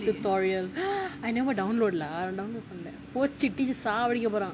tutorial I never download lah download பண்ணல போச்சி சாவடிக்கப்போறான்:pannala pochi saavadikaporaan